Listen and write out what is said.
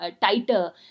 tighter